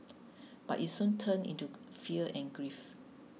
but it soon turned into fear and grief